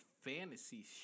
fantasy